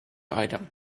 item